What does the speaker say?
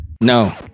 No